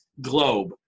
globe